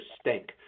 stink